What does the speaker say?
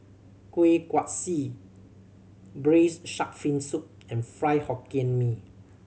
Kuih Kaswi Braised Shark Fin Soup and Fried Hokkien Mee